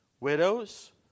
Widows